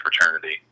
fraternity